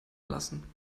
lassen